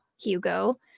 Hugo